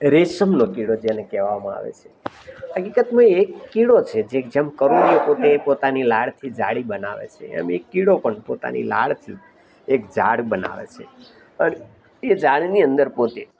રેશમનો કીડો જેને કહેવામાં આવે છે હકીકતમાં એ કીડો છે કે જેમ કરોળીયો પોતે પોતાની લાળથી જાળી બનાવે છે એમ એક કીડો પણ પોતાની લાળથી એક જાળ બનાવે છે અને એ જાળની અંદર પોતે